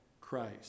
Christ